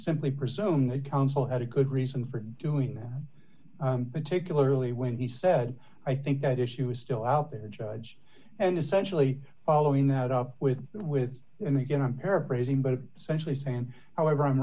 simply presume that counsel had a good reason for doing that particularly when he said i think that issue is still out there judge and essentially following that up with the with and again i'm paraphrasing but specially saying however i'm